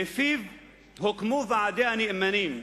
ולפיו הוקמו ועדי הנאמנים,